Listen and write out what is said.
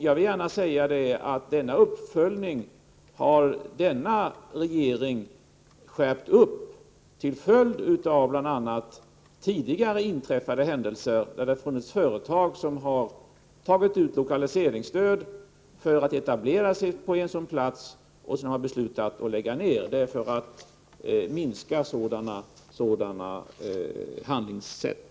Jag vill gärna säga att denna regering har skärpt den uppföljningen, bl.a. till följd av tidigare händelser, då företag har tagit ut lokaliseringsstöd för att etablera sig på en plats och sedan beslutat lägga ner. Vi vill minska risken för ett sådant handlingssätt.